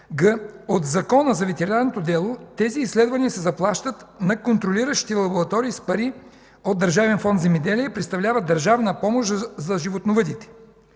от Закона за ветеринарното дело тези изследвания се заплащат на контролиращи лаборатории с пари от Държавен фонд „Земеделие” и представляват държавна помощ за животновъдите.